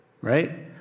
Right